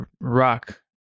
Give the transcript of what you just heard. Rock